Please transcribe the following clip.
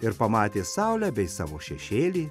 ir pamatė saulę bei savo šešėlį